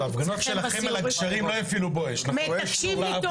בהפגנות שלכם על הגשרים לא הפעילו "בואש" --- תקשיב לי טוב,